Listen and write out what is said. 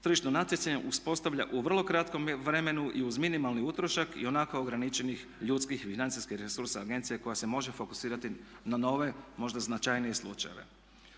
tržišno natjecanje uspostavlja u vrlo kratkom vremenu i uz minimalni utrošak i onako ograničenih ljudskih i financijskih resursa agencije koja se može fokusirati na nove možda značajnije slučajeve.